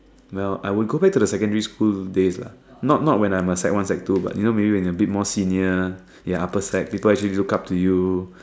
no I will go back to the secondary school days lah not not when I was sec one sec two but you know when you are a bit more senior ya upper sec people actually look up to you